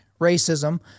racism